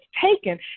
taken